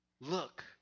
Look